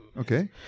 Okay